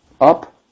up